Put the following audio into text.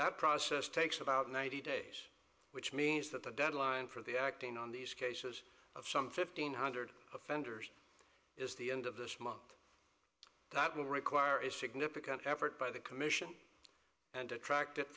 that process takes about ninety days which means that the deadline for the acting on these cases of some fifteen hundred offenders is the end of this month that will require a significant effort by the commission and detracted